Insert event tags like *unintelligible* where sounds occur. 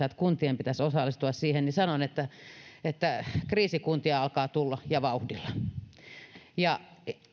*unintelligible* että kuntien pitäisi osallistua siihen niin sanon että että kriisikuntia alkaa tulla ja vauhdilla ja